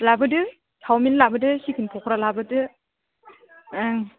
लाबोदो चावमिन लाबोदो चिकेन फकरा लाबोदो ओं